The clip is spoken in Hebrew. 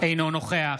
אינו נוכח